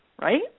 right